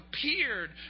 appeared